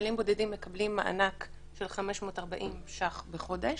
שחיילים בודדים מקבלים מענק של 540 ₪ בחודש,